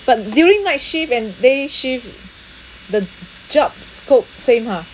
but during night shift and day shift the job scope same ha